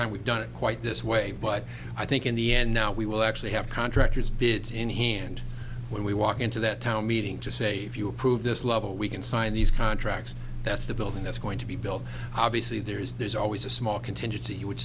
time we've done it quite this way but i think in the end now we will actually have contractors bids in hand when we walk into that town meeting to save you approve this level we can sign these contracts that's the building that's going to be built obviously there is there's always a small contingent to you would